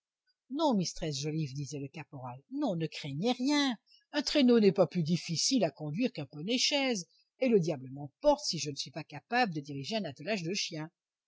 non mistress joliffe disait le caporal non ne craignez rien un traîneau n'est pas plus difficile à conduire qu'un poneychaise et le diable m'emporte si je ne suis pas capable de diriger un attelage de chiens